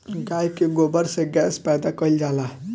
गाय के गोबर से गैस पैदा कइल जाला